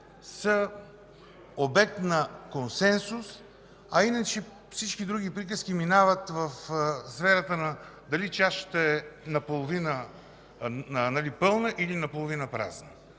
са обект на консенсус. А иначе всички други приказки минават в сферата – дали чашата е наполовина пълна, или наполовина празна.